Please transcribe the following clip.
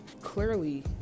clearly